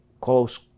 close